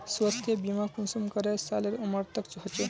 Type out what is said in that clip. स्वास्थ्य बीमा कुंसम करे सालेर उमर तक होचए?